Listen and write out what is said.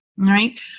Right